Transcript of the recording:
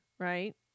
Right